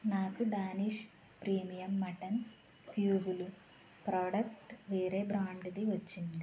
నాకు Danish premium mutton క్యూబులు product వేరే బ్రాండుది వచ్చింది